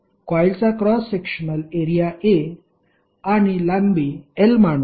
कॉइलचा cross sectional area A आणि लांबी l मानु